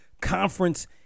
conference